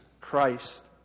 Christ